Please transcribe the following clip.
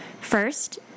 First